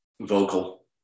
vocal